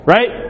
Right